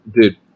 Dude